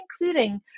including